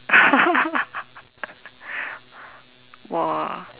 !wah!